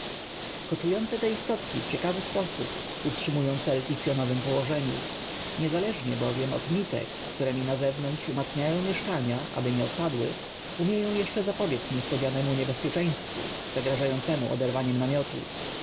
koczujące te istotki w ciekawy sposób utrzymują celki w pionowem położeniu niezależnie bowiem od nitek któremi od zewnątrz umacniają mieszkania aby nie odpadły umieją jeszcze zapobiedz niespodzianemu niebezpieczeństwu zagrażającemu oderwaniem namiotu